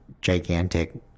gigantic